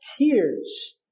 tears